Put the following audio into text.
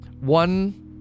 one